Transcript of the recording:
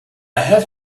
have